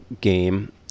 game